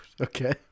Okay